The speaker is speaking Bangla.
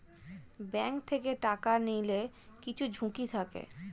ব্যাঙ্ক থেকে টাকা নিলে কিছু ঝুঁকি থাকে